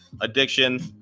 addiction